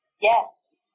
Yes